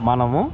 మనము